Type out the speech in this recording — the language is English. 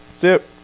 Zip